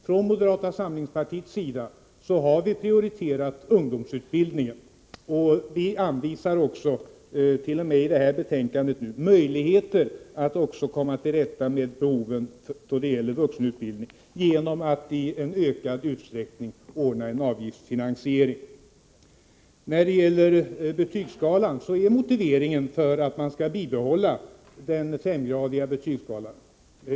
Från moderata samlingspartiets sida har vi prioriterat ungdomsutbildningen, och vi anvisar även, t.o.m. i detta betänkande, möjligheter att komma till rätta med behoven då det gäller vuxenutbildning genom att i ökad utsträckning ordna en avgiftsfinansiering. Det finns motiv för att bibehålla den femgradiga betygsskalan.